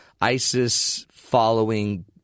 ISIS-following